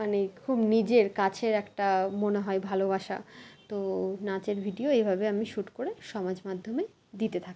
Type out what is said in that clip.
মানে খুব নিজের কাছের একটা মনে হয় ভালোবাসা তো নাচের ভিডিও এভাবে আমি শুট করে সমাজ মাধ্যমে দিতে থাকি